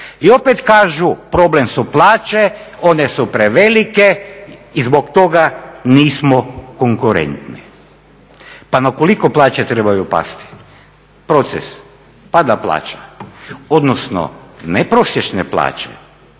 I opet kažu problem su plaće, one su prevelike i zbog toga nismo konkurentni. Pa na koliko plaće trebaju pasti? Proces pada plaća, odnosno ne prosječne plaće